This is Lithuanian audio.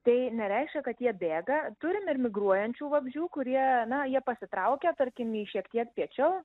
tai nereiškia kad jie bėga turim ir migruojančių vabzdžių kurie na jie pasitraukia tarkim į šiek tiek piečiau